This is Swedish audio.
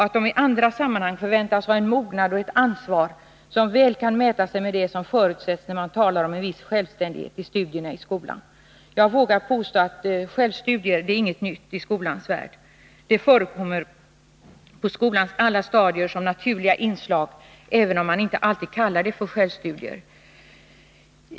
I andra sammanhang förväntas dessa ungdomar ha en mognad och en ansvarskänsla som väl kan mäta sig med vad som förutsätts när man talar om en viss självständighet i studierna i skolan. Jag vågar påstå att självstudier inte är något nytt i skolans värld. De förekommer som naturliga inslag på skolans alla stadier, även om man inte alltid kallar det självstudier.